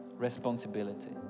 Responsibility